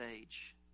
age